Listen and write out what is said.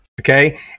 Okay